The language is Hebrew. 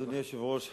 אדוני היושב-ראש,